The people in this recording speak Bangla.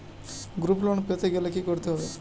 গ্রুপ লোন পেতে গেলে কি করতে হবে?